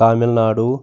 Tamil Nadu